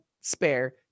spare